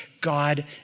God